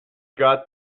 got